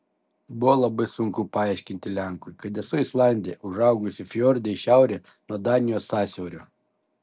buvo labai sunku paaiškinti lenkui kad esu islandė užaugusi fjorde į šiaurę nuo danijos sąsiaurio